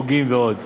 חוגים ועוד.